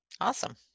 Awesome